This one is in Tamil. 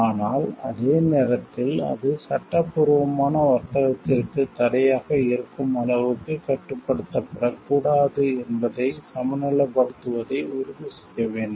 ஆனால் அதே நேரத்தில் அது சட்டப்பூர்வமான வர்த்தகத்திற்கு தடையாக இருக்கும் அளவுக்கு கட்டுப்படுத்தப்படக்கூடாது என்பதை சமநிலைப்படுத்துவதை உறுதிசெய்ய வேண்டும்